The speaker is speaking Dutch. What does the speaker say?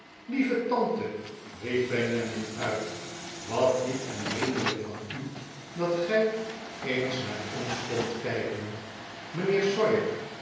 eve tante riep benjamin uit wat lief en vriendelijk van u dat gij eens naar ons komt kijken